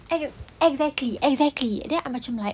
ex~ exactly exactly then I macam like